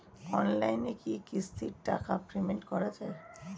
অনলাইনে কি কিস্তির টাকা পেমেন্ট করা যায়?